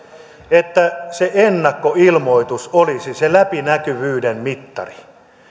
että se ennakkoilmoitus olisi se läpinäkyvyyden mittari